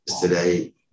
today